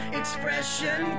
expression